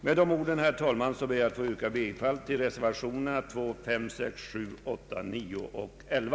Med det anförda, herr talman, ber jag att få yrka bifall till reservationerna 2, 5, 6, 7, 8, 9 och 11.